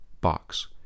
box